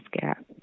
gap